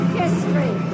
history